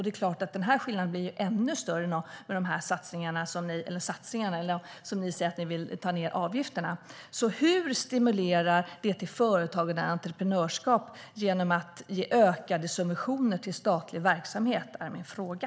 Det är klart att skillnaden blir ännu större om man, som ni säger att ni vill, minskar avgifterna. Hur stimulerar man företagande och entreprenörskap genom att ge ökade subventioner till statlig verksamhet? Det är min fråga.